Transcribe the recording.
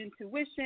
intuition